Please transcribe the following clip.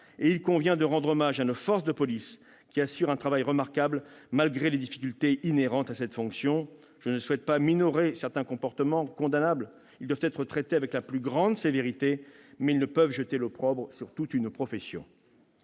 et il convient de rendre hommage à nos forces de police, qui réalisent un travail remarquable malgré les difficultés inhérentes à cette fonction. Je ne souhaite pas minorer certains comportements condamnables, qui doivent être traités avec la plus grande sévérité, mais ceux-ci ne peuvent justifier que l'on jette l'opprobre sur toute une profession.